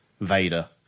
Vader